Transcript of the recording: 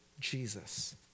Jesus